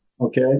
Okay